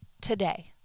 today